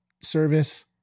service